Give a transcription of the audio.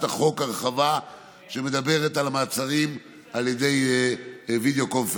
החוק הרחבה שמדברת על מעצרים על ידי video conference.